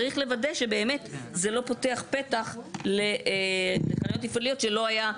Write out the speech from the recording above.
צריך לוודא שבאמת זה לא פותח פתח לחניות תפעוליות שלא היה,